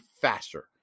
faster